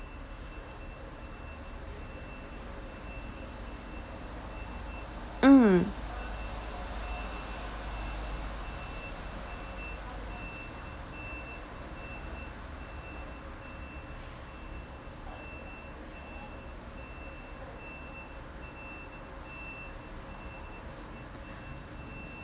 mm